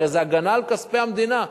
הרי זו הגנה על כספי המדינה.